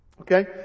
Okay